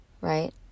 right